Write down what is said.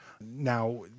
Now